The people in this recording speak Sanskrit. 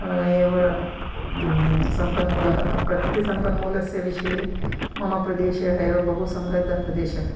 एव सम्पन्मूलः प्रकृतिसम्पन्मूलस्य विषये मम प्रदेशः एव बहु समृद्धः प्रदेशः